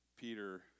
Peter